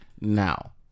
Now